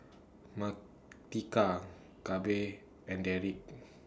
Martika Gabe and Derik